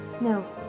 No